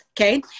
Okay